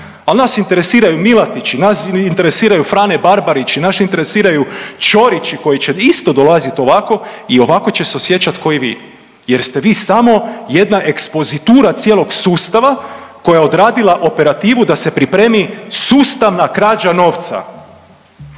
ali nas interesiraju Milatići, nas interesiraju Frane Barbarići, nas interesiraju Ćorići koji će isto dolaziti ovako i ovako će se osjećati ko i vi jer ste vi samo jedna ekspozitura cijelog sustava koja je odradila operativu da se pripremi sustavna krađa novca.